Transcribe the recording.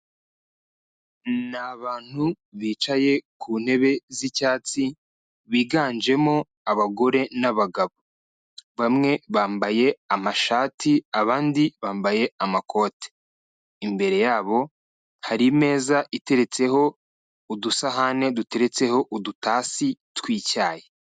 Ni bantu bicaye ku ntebe z'icyatsi biganjemo abagore n'abagabo, bamwe bambaye amashati, abandi bambaye amakoti, imbere yabo hari imeza iteretseho udusahane duteretseho udutasi tw'icyayi.